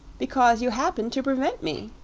because you happen to prevent me.